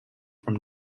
from